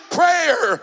prayer